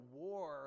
war